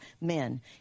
men